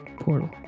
Portal